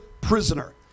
prisoner